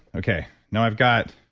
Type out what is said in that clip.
okay. now, i've got